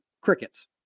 crickets